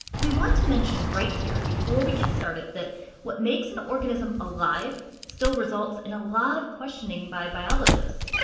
we want to mention right here, before we get started, that what makes an organism alive still results in a lot of questioning by biologists.